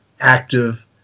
active